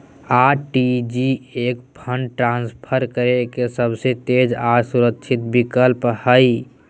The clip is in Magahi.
आर.टी.जी.एस फंड ट्रांसफर करे के सबसे तेज आर सुरक्षित विकल्प हय